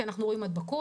כי אנחנו רואים הדבקות.